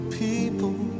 people